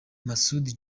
masud